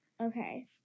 Okay